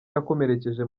yakomerekeje